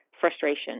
frustration